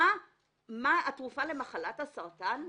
מה התרופה למחלת הסרטן?